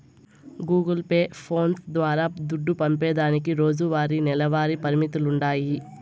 Google pay, phones ద్వారా దుడ్డు పంపేదానికి రోజువారీ, నెలవారీ పరిమితులుండాయి